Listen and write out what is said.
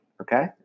Okay